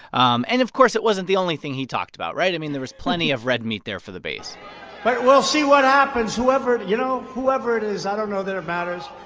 um and, of course, it wasn't the only thing he talked about, right? i mean, there was plenty of red meat there for the base but we'll see what happens. whoever you know, whoever it is, i don't know that it matters.